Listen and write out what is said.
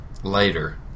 Later